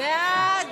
הוצאות